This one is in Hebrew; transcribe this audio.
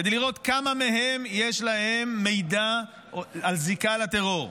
כדי לראות על כמה מהם יש מידע על זיקה לטרור.